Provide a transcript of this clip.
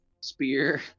spear